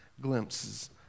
glimpses